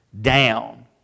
down